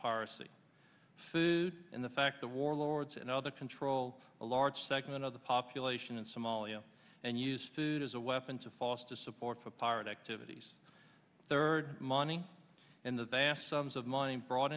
piracy food in the fact the warlords and other control a large segment of the population in somalia and use food as a weapon to faustus support for pirate activities third money and the vast sums of money brought